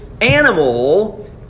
animal